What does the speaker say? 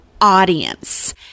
audience